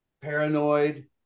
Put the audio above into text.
Paranoid